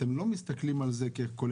אתם לא מסתכלים על זה ככולל,